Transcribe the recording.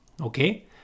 okay